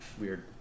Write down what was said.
weird